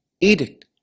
edict